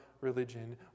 religion